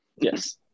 Yes